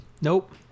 nope